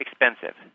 expensive